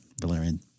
Valerian